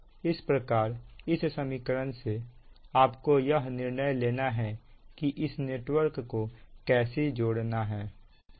इस प्रकार इस समीकरण से आपको यह निर्णय लेना है कि इस नेटवर्क को कैसे जोड़ना है